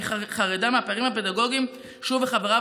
אני חרדה מהפערים הפדגוגיים שהוא וחבריו